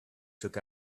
took